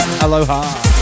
Aloha